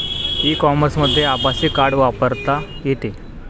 E कॉमर्समध्ये आभासी card वापरता येते